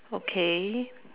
okay